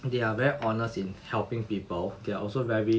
they are very honest in helping people there also very